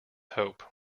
hope